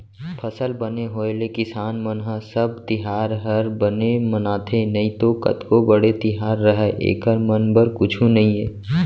फसल बने होय ले किसान मन ह सब तिहार हर बने मनाथे नइतो कतको बड़े तिहार रहय एकर मन बर कुछु नइये